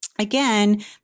Again